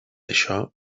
això